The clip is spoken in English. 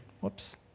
Whoops